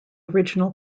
original